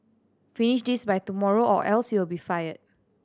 finish this by tomorrow or else you'll be fired